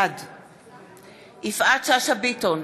בעד יפעת שאשא ביטון,